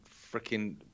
freaking